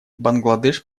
бангладеш